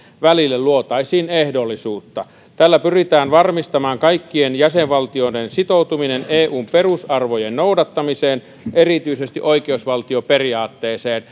välille luotaisiin ehdollisuutta tällä pyritään varmistamaan kaikkien jäsenvalti oiden sitoutuminen eun perusarvojen noudattamiseen erityisesti oikeusvaltioperiaatteeseen